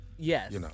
Yes